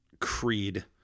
creed